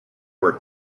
were